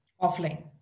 Offline